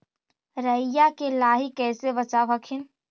राईया के लाहि कैसे बचाब हखिन?